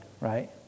right